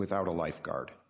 without a lifeguard